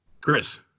Chris